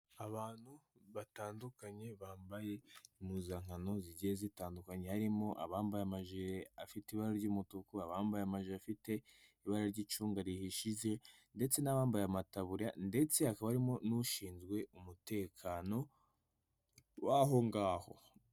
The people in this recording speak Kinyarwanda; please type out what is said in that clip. Abantu batandukanye bambaye impuzankano zigiye zitandukanye, harimo abambaye amajire afite ibara ry'umutuku, abambaye amajire afite ibara ry'icunga rihishije ndetse n'abambaye amataburiya ndetse hakaba harimo n'ushinzwe umutekano w'aho ngaho.